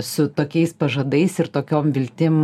su tokiais pažadais ir tokiom viltim